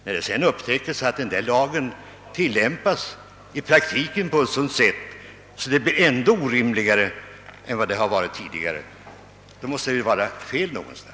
När det sedan upptäcktes att denna lag i praktiken tillämpas på ett sådant sätt att förhållandena blir ännu orimligare än de varit tidigare måste det emellertid vara fel någonstans.